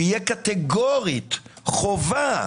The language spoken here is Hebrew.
שיהיה קטגורית חובה